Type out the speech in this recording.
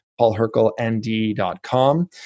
paulherkelnd.com